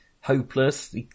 Hopeless